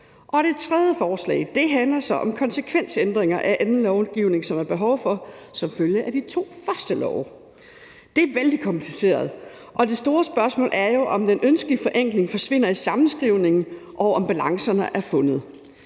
det tredje forslag handler så om konsekvensændringer af anden lovgivning, som der er behov for som følge af de to første love. Det er vældig kompliceret, og det store spørgsmål er jo, om den ønskede forenkling forsvinder i sammenskrivningen, og om balancerne er fundet.